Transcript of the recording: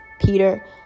Peter